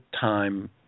time